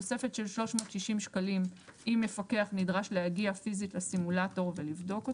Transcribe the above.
תוספת של 360 אם מפקח נדרש להגיע פיזית לסימולטור ולבדוק אותו.